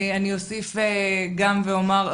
אני אוסיף גם ואומר.